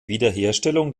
wiederherstellung